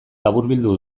laburbildu